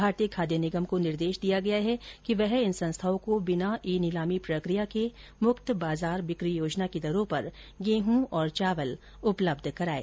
भारतीय खाद्य निगम को निर्देश दिया गया है कि वह इन संस्थाओं को बिना ई नीलामी प्रक्रिया के मुक्त बाजार बिक्री योजना की दरों पर गेहूं और चावल उपलब्ध कराए